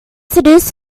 seduce